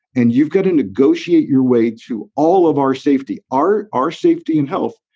and you've got to negotiate your way to all of our safety, our our safety and health.